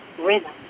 rhythm